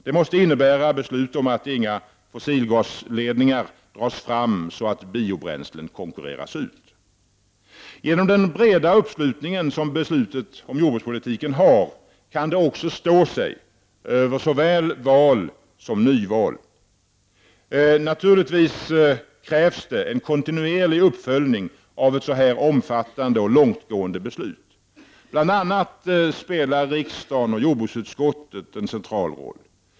Det måste innebära beslut om att inga fossilgasledningar dras fram så att biobränslen konkurreras ut. Genom den breda uppslutning som beslutet om jordbrukspolitiken har kan det också stå sig över såväl val som nyval. Naturligtvis krävs det en kontinuerlig uppföljning av ett så här omfattande och långtgående beslut. Bl.a. spelar riksdagen och jordbruksutskottet här en central roll.